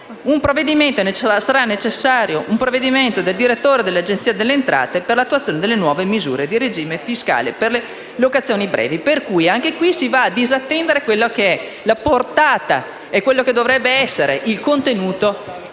un provvedimento del direttore dell'Agenzia delle entrate per l'attuazione delle nuove misure di regime fiscale per le locazioni brevi. Dunque, anche in questo caso si disattende la portata e quello che dovrebbe essere il contenuto